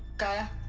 gaia?